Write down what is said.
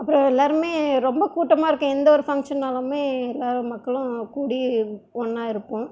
அப்புறம் எல்லாேருமே ரொம்ப கூட்டமாக இருக்க எந்தவொரு பங்ஷன்னாலுமே எல்லாேரும் மக்களெலாம் கூடி ஒன்றா இருப்போம்